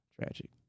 Tragic